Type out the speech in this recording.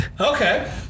Okay